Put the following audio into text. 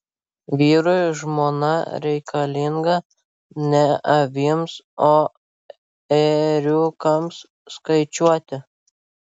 vyrui žmona reikalinga ne avims o ėriukams skaičiuoti